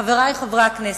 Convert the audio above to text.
חברי חברי הכנסת,